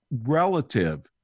relative